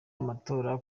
amatora